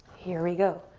here we go.